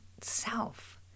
self